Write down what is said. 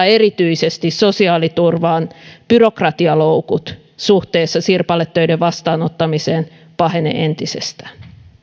erityisesti sosiaaliturvan byrokratialoukut suhteessa sirpaletöiden vastaanottamiseen pahenevat entisestään